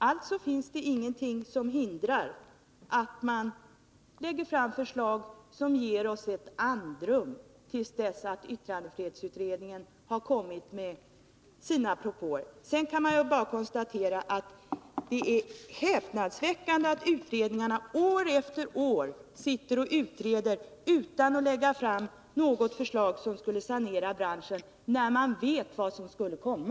Det finns alltså ingenting som hindrar att man lägger fram förslag som ger oss andrum till dess att yttrandefrihetsutredningen har kommit med sina propåer. Sedan kan man bara konstatera det häpnadsväckande faktum att utredarna år efter år sitter och utreder utan att lägga fram något förslag som skulle kunna sanera branschen, trots att de visste vad som skulle komma.